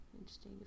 Interesting